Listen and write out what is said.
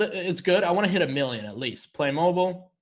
it's good, i want to hit a million at least playmobil